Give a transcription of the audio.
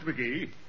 McGee